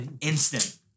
Instant